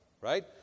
right